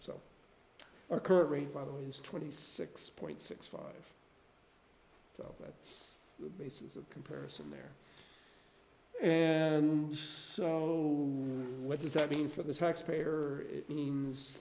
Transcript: so our current rate by the way is twenty six point six five so that's the basis of comparison there and what does that mean for the tax payer it means